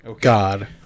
god